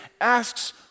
asks